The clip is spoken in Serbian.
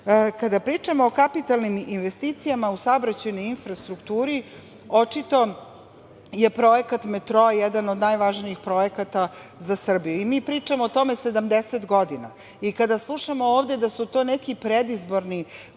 pričamo o kapitalnim investicijama u saobraćajnoj infrastrukturi, očito je projekat metroa jedan od najvažnijih projekata za Srbiju. Mi pričamo o tome 70 godina. Kada slušamo ovde da su to neki predizborni